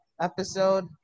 episode